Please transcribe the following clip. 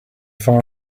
far